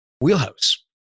wheelhouse